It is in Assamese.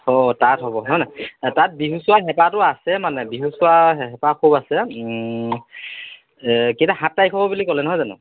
অঁ তাত হ'ব হয় নাই তাত বিহু চোৱাৰ হেঁপাহটো আছে মানে বিহু চোৱাৰ হে হেঁপাহ খুব আছে কেতিয়া সাত তাৰিখৰ পৰা বুলি ক'লে নহয় জানো